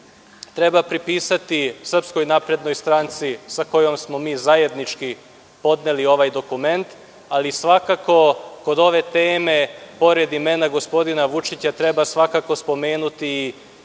treba pripisati SNS sa kojom smo mi zajednički podneli ovaj dokument, ali svakako kod ove teme, pored imena gospodina Vučića, treba svakako spomenuti